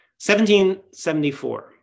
1774